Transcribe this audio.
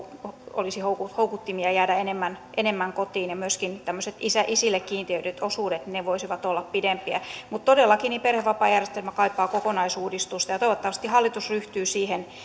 olisi houkuttimia jäädä enemmän enemmän kotiin ja myöskin tämmöiset isille kiintiöidyt osuudet voisivat olla pidempiä mutta todellakin perhevapaajärjestelmä kaipaa kokonaisuudistusta ja toivottavasti hallitus ryhtyy siihen